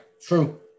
True